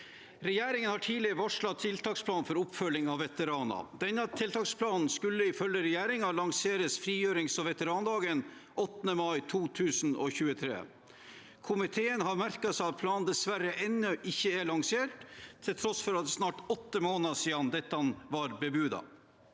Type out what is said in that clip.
Regjeringen har tidligere varslet tiltaksplan for oppfølging av veteraner. Denne tiltaksplanen skulle ifølge regjeringen lanseres frigjørings- og veterandagen 8. mai 2023. Komiteen har merket seg at planen dessverre ennå ikke er lansert, til tross for at det snart er åtte måneder siden dette var bebudet.